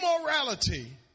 immorality